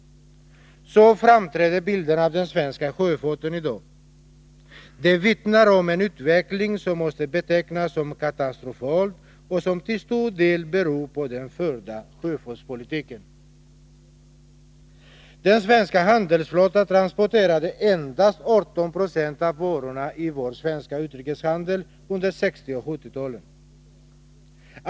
Så framträder bilden av den svenska sjöfarten i dag. Den vittnar om en utveckling som måste betecknas som katastrofal och som till stor del beror på den förda sjöfartspolitiken. Den svenska handelsflottan transporterade endast 18 26 av varorna i vår svenska utrikeshandel under 1960 och 1970-talen.